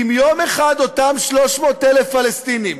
אם יום אחד אותם 300,000 פלסטינים